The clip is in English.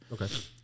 okay